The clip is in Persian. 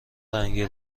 رنگی